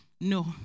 no